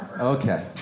Okay